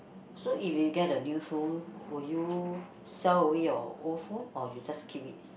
so if you get a new phone would you sell away your old phone or you just keep it